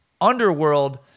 Underworld